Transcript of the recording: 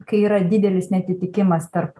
kai yra didelis neatitikimas tarp